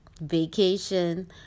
vacation